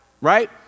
right